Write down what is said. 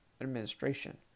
Administration